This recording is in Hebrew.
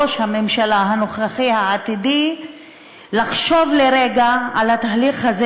ואת ראש הממשלה הנוכחי-העתידי לחשוב לרגע על התהליך הזה,